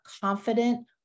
confident